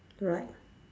right